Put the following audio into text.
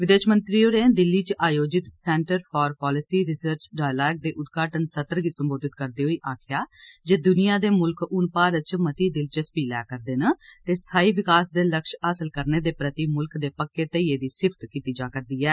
विदेश मंत्री होरें दिल्ली च आयोजित centre for policy research dialogue दे उद्घाटन सत्र गी संबोधित करदे होई आखेआ जे द्निया दे मुल्ख ह्न भारत च मती दिलचस्पी लै करदे न ते स्थायी विकास दे लक्ष्य हासल करने दे प्रति मुल्ख दे पक्के ध्येइये दी सिफ्त कीती जा'रदी ऐ